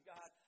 God